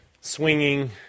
swinging